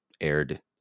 aired